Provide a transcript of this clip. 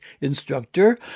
instructor